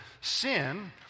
Sin